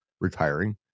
retiring